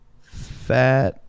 fat